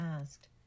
asked